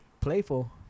playful